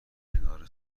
کنار